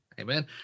Amen